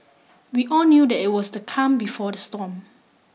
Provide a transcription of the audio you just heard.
we all knew that it was the calm before the storm